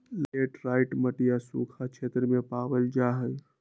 laterite मटिया सूखा क्षेत्र में पावल जाहई